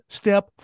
step